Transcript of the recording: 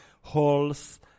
halls